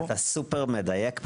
אתה סופר מדייק פה.